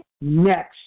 next